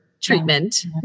treatment